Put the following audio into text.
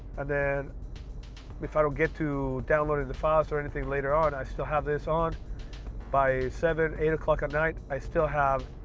and then if i don't get to download the files or anything later on. i still have this on by seven, eight o'clock at night, i still have